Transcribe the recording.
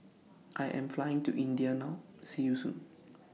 I Am Flying to India now See YOU Soon